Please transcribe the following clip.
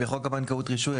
66. בחוק הבנקאות )רישוי),